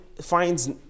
finds